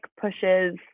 pushes